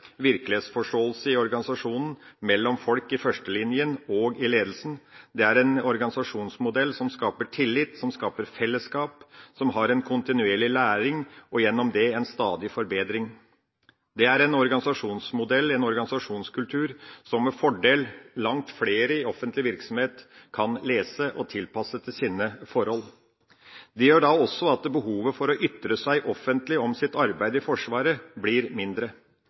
virkelighetsforståelse mellom folk i førstelinja og i ledelsen i organisasjonen. Det er en organisasjonsmodell som skaper tillit, som skaper fellesskap, og som har en kontinuerlig læring – og gjennom det en stadig forbedring. Det er en organisasjonsmodell, en organisasjonskultur, som med fordel langt flere i offentlig virksomhet kan lese om og tilpasse til sine forhold. Det gjør også at behovet for å ytre seg offentlig om sitt arbeid i Forsvaret, blir mindre.